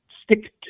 Stick